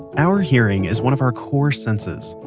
our hearing is one of our core senses,